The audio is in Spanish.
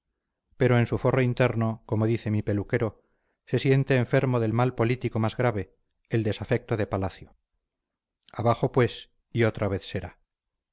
pero en su forro interno como dice mi peluquero se siente enfermo del mal político más grave del desafecto de palacio abajo pues y otra vez será